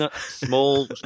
small